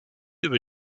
über